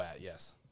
yes